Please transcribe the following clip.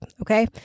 Okay